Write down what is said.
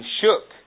shook